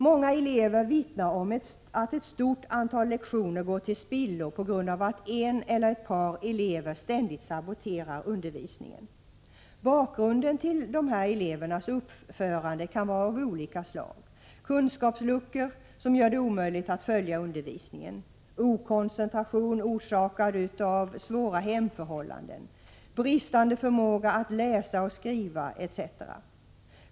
Många lärare vittnar om att ett stort antal lektioner går till spillo på grund av att en eller ett par elever ständigt saboterar undervisningen. Bakgrunden till dessa elevers uppförande kan vara av olika slag — kunskapsluckor som gör det omöjligt att följa undervisningen, okoncentration orsakad av svåra hemförhållanden, bristande förmåga att läsa och skriva, etc.